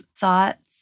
thoughts